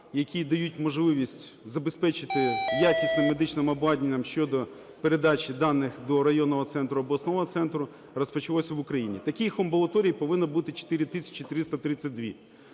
які дають можливість забезпечити якісним медичним обладнанням щодо передачі даних до районного центру і обласного центру, розпочалось в Україні. Таких амбулаторій повинно бути 4